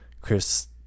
chris